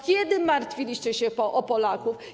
Kiedy martwiliście się o Polaków?